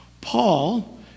Paul